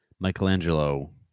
Michelangelo